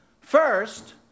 First